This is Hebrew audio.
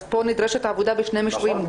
אז פה נדרשת עבודה בשני מישורים -- נכון.